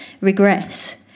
regress